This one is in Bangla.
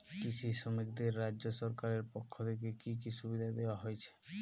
কৃষি শ্রমিকদের রাজ্য সরকারের পক্ষ থেকে কি কি সুবিধা দেওয়া হয়েছে?